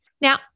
Now